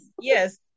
Yes